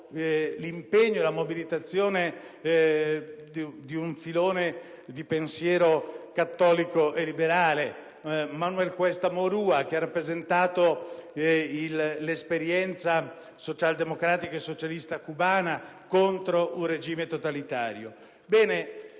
l'impegno e la mobilitazione di un filone di pensiero cattolico e liberale; Manuel Cuesta Morua, che ha rappresentato l'esperienza socialdemocratica e socialista cubana contro un regime totalitario.